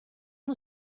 uno